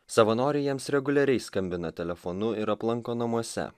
savanoriai jiems reguliariai skambina telefonu ir aplanko namuose